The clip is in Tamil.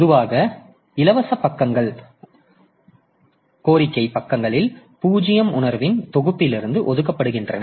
பொதுவாக இலவச பக்கங்கள் கோரிக்கை பக்கங்களில் 0 உணர்வின் தொகுப்பிலிருந்து ஒதுக்கப்படுகின்றன